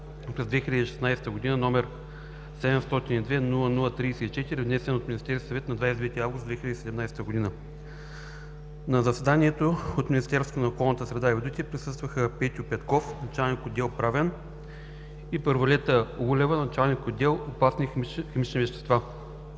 през 2016 г., № 702-00-34, внесен от Министерски съвет на 29 август 2017 г. На заседанието от Министерството на околната среда и водите присъстваха Петьо Петков – началник отдел „Правен”, и Първолета Лулева – началник отдел „Опасни химични вещества”.